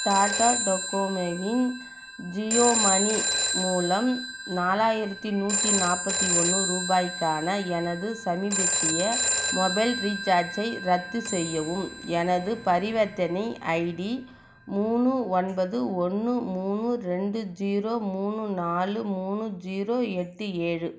tata டொக்கோமோவின் Jio money மூலம் நாலாயிரத்து நூற்றி நாற்பத்தி ஒன்று ரூபாய்க்கான எனது சமீபத்திய மொபைல் ரீசார்ஜை ரத்து செய்யவும் எனது பரிவர்த்தனை ஐடி மூணு ஒன்பது ஒன்று மூணு ரெண்டு ஜீரோ மூணு நாலு மூணு ஜீரோ எட்டு ஏழு